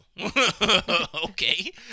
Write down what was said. Okay